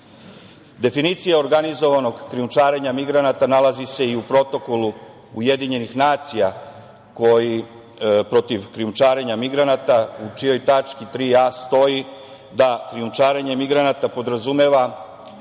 Definicija organizovanog krijumčarenja migranata nalazi se i u Protokolu UN protiv krijumčarenja migranata u čijoj tački 3a. stoji da krijumčarenje migranata podrazumeva